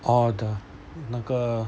oh 肚那个